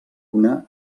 una